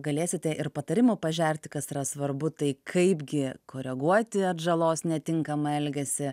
galėsite ir patarimų pažerti kas yra svarbu tai kaipgi koreguoti atžalos netinkamą elgesį